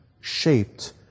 shaped